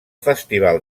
festival